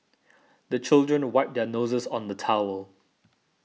the children wipe their noses on the towel